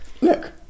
look